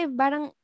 barang